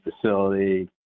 facility